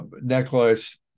necklace